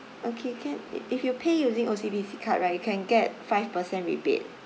okay can if if you pay using O_C_B_C card right you can get five percent rebate